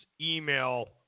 email